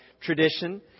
tradition